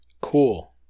Cool